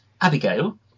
Abigail